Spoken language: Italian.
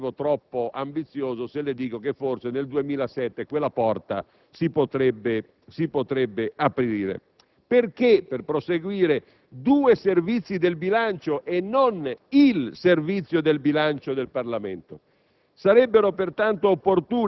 non credo di proporle un obiettivo troppo ambizioso se le dico che forse nel 2007 quella porta si potrebbe aprire. Chiedo anche perché vi sono due Servizi del bilancio e non il Servizio del bilancio del Parlamento.